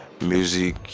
Music